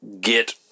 get